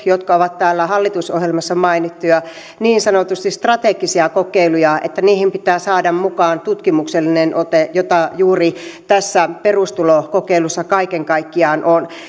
jotka ovat täällä hallitusohjelmassa mainittuja niin sanotusti strategisia kokeiluja pitää saada mukaan tutkimuksellinen ote joka juuri tässä perustulokokeilussa kaiken kaikkiaan on